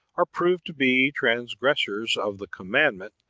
are proved to be transgressors of the commandment,